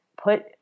put